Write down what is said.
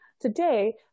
today